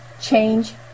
change